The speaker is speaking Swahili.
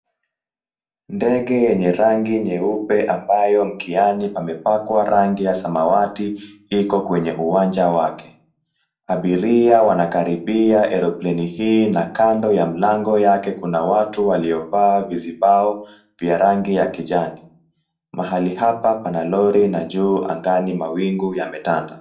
Ndege yenye rangi nyeupe ambayo mkiani pamepakwa rangi ya samawati, iko kwenye uwanja wake. Abiria wanakaribia aeroplane hii na kando ya mlango yake kuna watu waliovaa vizibao vya rangi ya kijani. Mahali hapa pana lori na juu angani mawingu yametanda.